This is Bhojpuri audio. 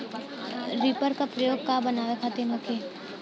रिपर का प्रयोग का बनावे खातिन होखि?